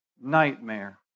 nightmare